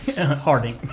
Harding